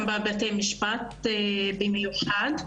בבתי המשפט במיוחד.